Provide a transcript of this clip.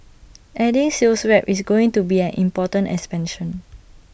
adding sales reps is going to be an important expansion